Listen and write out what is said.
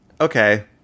okay